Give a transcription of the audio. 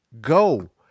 go